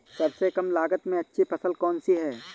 सबसे कम लागत में अच्छी फसल कौन सी है?